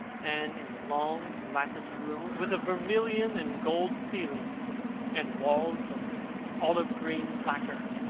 and in a long latticed room, with a vermilion-and-gold ceiling and walls of olive-green lacquer,